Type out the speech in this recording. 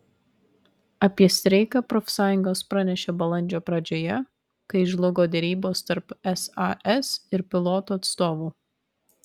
apie streiką profsąjungos pranešė balandžio pradžioje kai žlugo derybos tarp sas ir pilotų atstovų